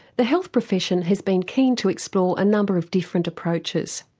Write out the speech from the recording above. the health profession has been keen to explore a number of different approaches.